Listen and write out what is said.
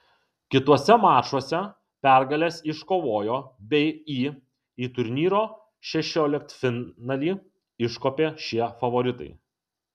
kituose mačuose pergales iškovojo bei į į turnyro šešioliktfinalį iškopė šie favoritai